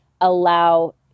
allow